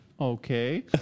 okay